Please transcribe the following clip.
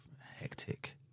hectic